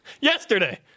Yesterday